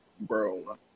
Bro